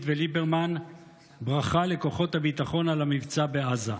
וליברמן ברכה לכוחות הביטחון על המבצע בעזה.